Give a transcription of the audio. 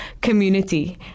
community